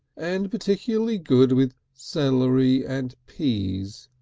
and particularly good with celery and peas.